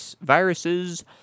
viruses